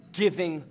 giving